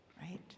right